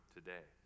today